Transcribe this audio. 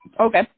Okay